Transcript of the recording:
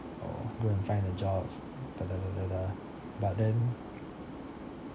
oh go and find a job but then